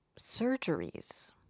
surgeries